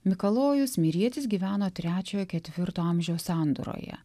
mikalojus mirietis gyveno trečiojo ketvirto amžiaus sandūroje